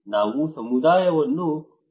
ನಾವು ಸಮುದಾಯವನ್ನು ಒಳಗೊಳ್ಳಬೇಕು